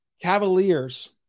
Cavaliers